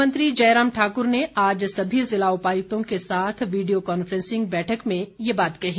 मुख्यमंत्री जयराम ठाकुर ने आज सभी ज़िला उपायुक्तों के साथ वीडियो कांफ्रेंसिंग बैठक में ये बात कही